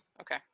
Okay